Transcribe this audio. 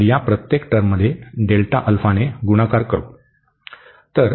आणि या प्रत्येक टर्ममध्ये Δα ने भागाकार करू